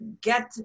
get